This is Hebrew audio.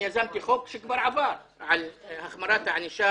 אני יזמתי חוק שכבר עבר לגבי החמרת הענישה